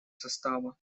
состава